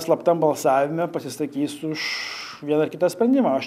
slaptam balsavime pasisakys už vieną ar kitą sprendimą aš